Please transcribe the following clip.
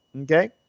Okay